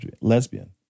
lesbian